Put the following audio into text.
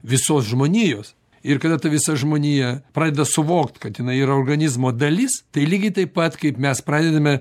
visos žmonijos ir kada ta visa žmonija pradeda suvokt kad jinai yra organizmo dalis tai lygiai taip pat kaip mes pradedame